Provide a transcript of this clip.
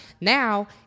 Now